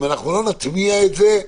אם אנחנו לא נטמיע את זה,